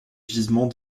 gisements